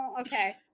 okay